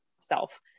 self